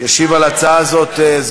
הצעות לסדר-היום מס' 2927, 2940, 2944 ו-2951.